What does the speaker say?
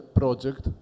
project